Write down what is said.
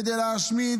כדי להשמיד,